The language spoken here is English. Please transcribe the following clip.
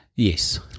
Yes